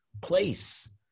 place